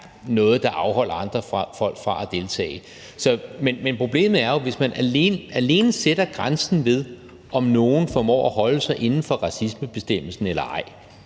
noget, der afholder andre folk fra at deltage. Men problemet er jo, hvis man alene sætter grænsen ved, om nogen formår at holde sig inden for racismebestemmelsen eller ej,